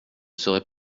serai